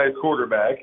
quarterback